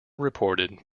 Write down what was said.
reported